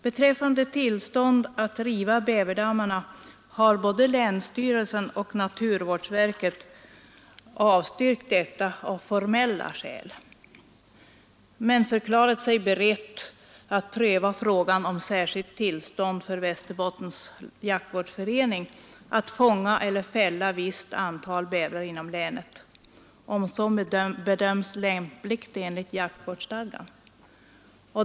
Både länsstyrelsen och naturvårdsverket har emellertid av formella skäl avstyrkt tillstånd att riva bäverdammarna men förklarat sig beredda att pröva frågan om särskilt tillstånd för Västerbottens jaktvårdsförening att fånga eller fälla visst antal bävrar inom länet, om så bedöms lämpligt enligt jaktvårdsstadgan.